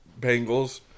Bengals